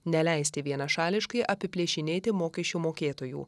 neleisti vienašališkai apiplėšinėti mokesčių mokėtojų